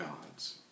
gods